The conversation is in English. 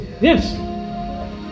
Yes